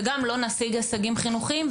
וגם לא נשיג הישגים חינוכיים.